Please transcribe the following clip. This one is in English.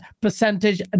percentage